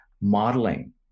Modeling